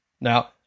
Now